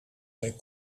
zijn